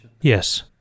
Yes